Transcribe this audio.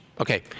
okay